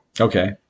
Okay